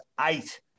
eight